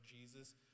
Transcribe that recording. Jesus